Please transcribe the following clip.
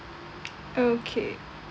okay